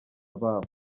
babo